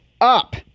up